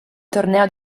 torneo